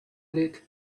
lit